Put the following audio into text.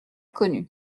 connu